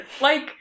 Like-